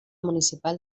municipal